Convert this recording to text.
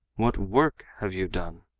what work have you done?